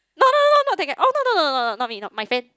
no no no not that guy oh no no no not me my friend